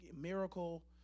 miracle